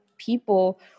people